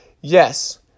Yes